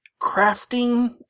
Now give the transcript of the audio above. crafting